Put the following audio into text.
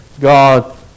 God